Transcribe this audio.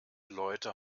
leute